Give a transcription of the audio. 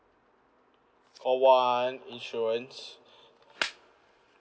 call one insurance